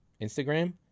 Instagram